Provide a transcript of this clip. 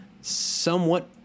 somewhat